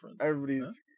everybody's